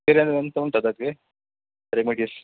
ಬೇರೆ ಏನು ಎಂತ ಉಂಟಾ ಅದಕ್ಕೆ ರೆಮಿಡಿಶ್